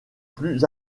plus